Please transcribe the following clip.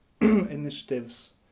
initiatives